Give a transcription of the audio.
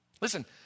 Listen